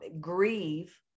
grieve